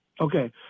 Okay